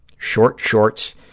short shorts